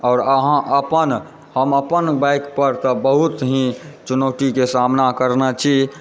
आओर अहाँ अपन हम अपन बाइकपर तऽ बहुत ही चुनौतीके सामना करने छी